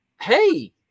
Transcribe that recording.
Hey